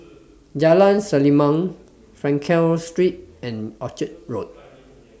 Jalan Selimang Frankel Street and Orchard Road